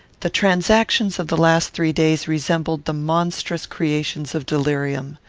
the transactions of the last three days resembled the monstrous creations of delirium.